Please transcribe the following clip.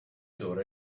daughter